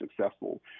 successful